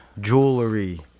jewelry